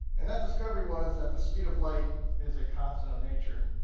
and that discovery was that the speed of light is a constant of nature.